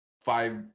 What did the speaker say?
five